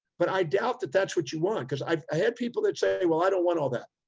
but i doubt that that's what you want. cause i've had people that say, well, i don't want all that.